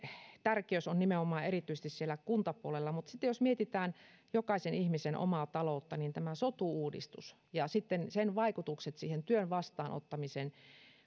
tärkeys on nimenomaan erityisesti siellä kuntapuolella mutta sitten jos mietitään jokaisen ihmisen omaa taloutta niin tämä sotu uudistus ja sen vaikutukset työn vastaanottamiseen